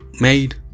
made